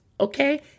okay